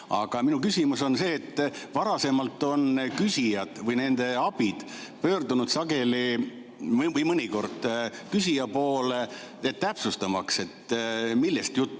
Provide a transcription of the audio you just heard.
Aga minu küsimus on see, et varasemalt on küsijad või nende abid pöördunud mõnikord küsija poole, et täpsustada, millest juttu